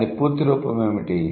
దాని పూర్తి రూపం ఏమిటి